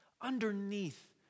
underneath